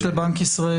יש לבנק ישראל,